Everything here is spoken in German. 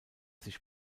sich